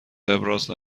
ابراز